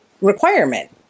requirement